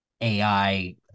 AI